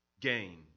gain